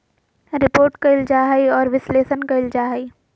report कइल जा हइ और विश्लेषण कइल जा हइ